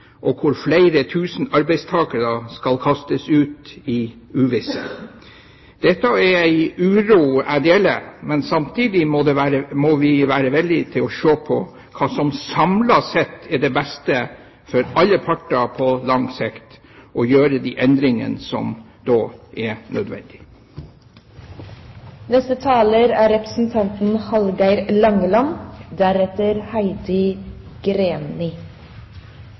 situasjon hvor vi skal begynne å omdanne på nytt, og hvor flere tusen arbeidstakere skal kastes ut i uvisse. Dette er en uro jeg deler, men samtidig må vi være villige til å se på hva som samlet sett er det beste for alle parter på lang sikt, og gjøre de endringene som er nødvendige. SV er